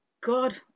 God